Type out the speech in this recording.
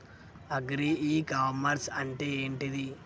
Agri e commerce అంటే ఏంటిది?